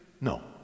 No